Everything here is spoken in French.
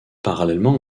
parallèlement